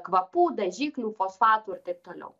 kvapų dažiklių fosfatų ir taip toliau